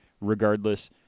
regardless